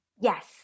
Yes